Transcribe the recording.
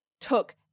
took